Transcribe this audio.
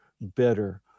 better